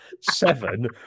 seven